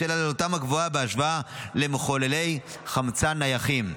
בשל עלותם הגבוהה בהשוואה למחוללי חמצן נייחים.